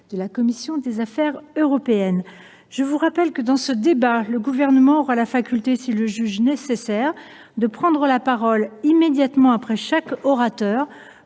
de la commission des affaires européennes. Je vous rappelle que, dans ce débat, le Gouvernement aura la faculté, s’il le juge nécessaire, de prendre la parole immédiatement après chaque orateur